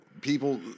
people